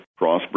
Crossbreed